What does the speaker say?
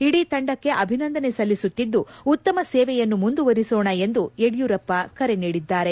ಇಡೀ ತಂಡಕ್ಕೆ ಅಭಿನಂದನೆ ಸಲ್ಲಿಸುತ್ತಿದ್ದು ಉತ್ತಮ ಸೇವೆಯನ್ನು ಮುಂದುವರಿಸೋಣ ಎಂದು ಯಡಿಯೂರಪ್ಪ ಕರೆ ನೀಡಿದ್ದಾರೆ